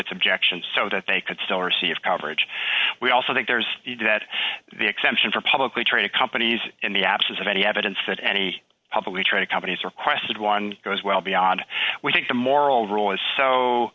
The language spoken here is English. its objections so that they could still receive coverage we also that there's that the exemption for publicly traded companies in the absence of any evidence that any publicly traded companies requested one goes well beyond we think the moral rule is so